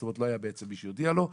זאת אומרת לא היה בעצם מי שיודיע לו.